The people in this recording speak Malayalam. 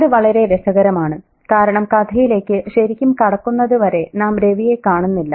അത് വളരെ രസകരമാണ് കാരണം കഥയിലേക്ക് ശരിക്കും കടക്കുന്നതുവരെ നാം രവിയെ കാണുന്നില്ല